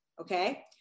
Okay